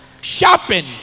shopping